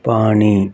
ਪਾਣੀ